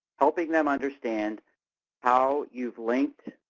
helping them understand how you link,